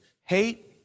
hate